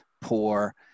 poor